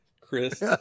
Chris